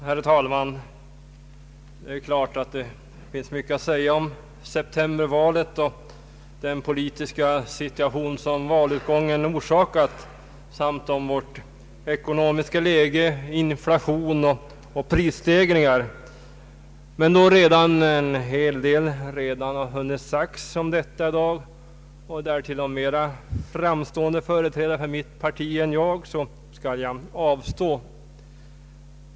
Herr talman! Det är klart att det finns mycket att säga om septembervalet och den politiska situation som valutgången har orsakat samt om vårt ekonomiska läge, inflation och prisstegringar. Då redan en hel del har sagts om detta och därtill av mera framstående företrädare för mitt parti än jag, skall jag avstå.